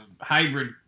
hybrid